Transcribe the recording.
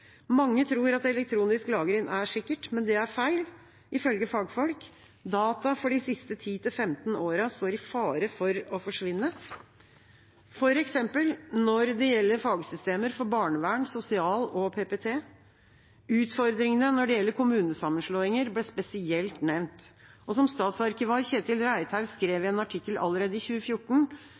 Mange tror at elektronisk lagring er sikkert, men det er feil, ifølge fagfolk. Data for de siste 10–15 årene står i fare for å forsvinne, f.eks. når det gjelder fagsystemer for barnevern, sosialtjenesten og PPT. Utfordringene når det gjelder kommunesammenslåinger, ble spesielt nevnt. Som statsarkivar Kjetil Reithaug skrev i en artikkel allerede i 2014: